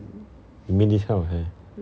you mean this kind of hair